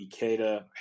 Ikeda